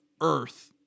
earth